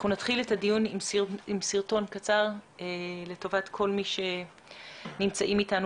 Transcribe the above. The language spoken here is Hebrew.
אנחנו נתחיל את הדיון עם סרטון קצר לטובת כל מי שנמצא אתנו